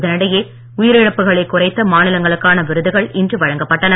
இதனிடையே உயிரிழப்புக்களைக் குறைத்த மாநிலங்களுக்கான விருதுகள் இன்று வழங்கப்பட்டன